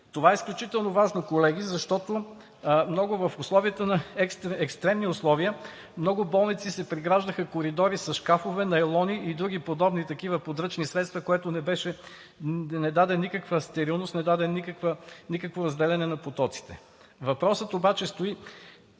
Това е изключително важно, колеги, защото в екстремни условия в много болници се преграждаха коридори с шкафове, найлони и други подобни такива подръчни средства, което не даде никаква стерилност, не даде никакво разделение на потоците. Въпросът обаче стои